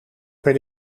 per